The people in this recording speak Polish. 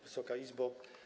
Wysoka Izbo!